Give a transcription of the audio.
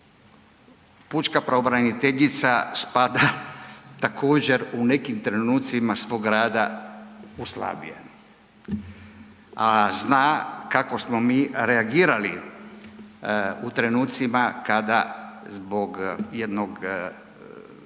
Pučka pravobraniteljica također, u nekim trenucima svog rada u slabije, a zna kako smo mi reagirali u trenucima kada, zbog jednog,